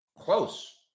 close